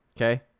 Okay